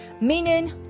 Meaning